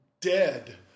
dead